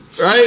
Right